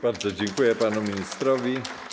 Bardzo dziękuję panu ministrowi.